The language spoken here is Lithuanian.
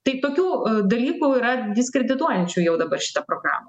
tai tokių dalykų yra diskredituojančių jau dabar šitą programą